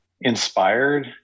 inspired